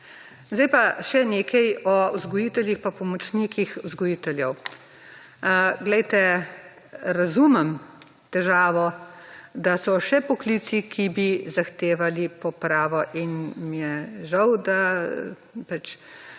Zdaj pa še nekaj o vzgojiteljih in pomočnikih vzgojiteljev. Glejte, razumem težavo, da so še poklici, ki bi zahtevali popravo, in mi je žal, da pač